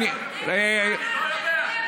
אני יודע, אני גר שם.